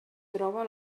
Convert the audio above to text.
troba